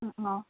অঁ অঁ